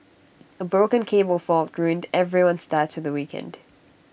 A broken cable fault ruined everyone's start to the weekend